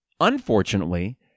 unfortunately